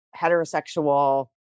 heterosexual